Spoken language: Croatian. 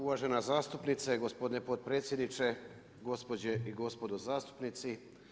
Uvažena zastupnice, gospodine potpredsjedniče, gospođe i gospodo zastupnici.